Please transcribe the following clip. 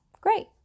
Great